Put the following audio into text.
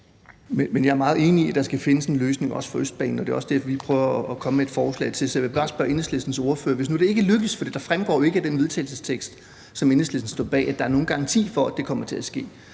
Men jeg er meget enig i, at der også skal findes en løsning for Østbanen, og det er også derfor, vi prøver at komme med et forslag til det. Så jeg vil bare stille et spørgsmål til Enhedslistens ordfører, for det fremgår ikke af den vedtagelsestekst, som Enhedslisten står bag, at der er nogen garanti for, at det kommer til at ske.